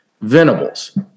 venables